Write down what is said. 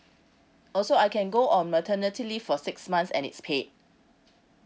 oh so I can go on maternity leave for six months and it's paid